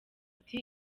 ati